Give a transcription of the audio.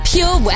Pure